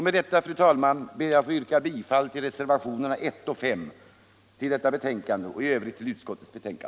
Med detta, fru talman, ber jag att få yrka bifall till reservationerna 1 och 5 och i övrigt till vad utskottet hemställt.